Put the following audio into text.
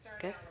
Good